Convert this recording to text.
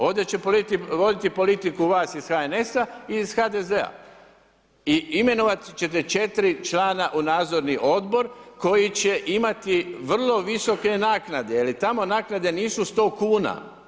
Ovdje će voditi politiku iz HNS-a i iz HDZ-a i imenovati ćete 4 člana u Nadzorni odbor koji će imati vrlo visoke naknade jer tamo naknade nisu 100,00 kn.